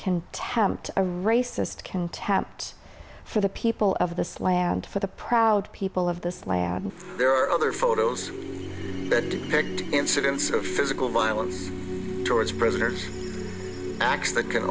contempt a racist contempt for the people of this land for the proud people of this land there are other photos the incidence of physical violence towards prisoners acts that can